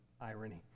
irony